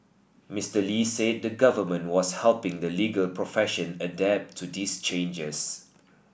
Mister Lee said the Government was helping the legal profession adapt to these changes